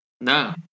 No